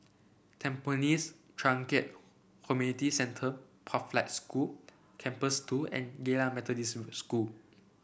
Tampines Changkat Community Centre Pathlight School Campus Two and Geylang Methodist School